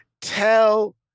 tell